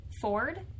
Ford